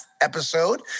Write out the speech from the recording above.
episode